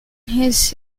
his